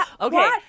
Okay